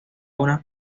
unas